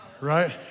right